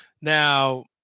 Now